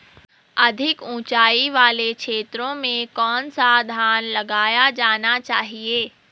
अधिक उँचाई वाले क्षेत्रों में कौन सा धान लगाया जाना चाहिए?